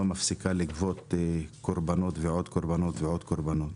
מפסיקים לגבות קורבנות ועוד קורבנות ועוד קורבנות,